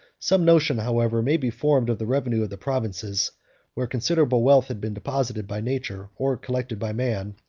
some notion, however, may be formed of the revenue of the provinces where considerable wealth had been deposited by nature, or collected by man,